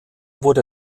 wurde